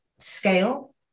scale